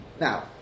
Now